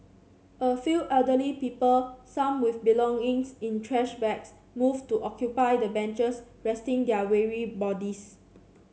a few elderly people some with belongings in trash bags moved to occupy the benches resting their weary bodies